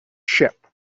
ship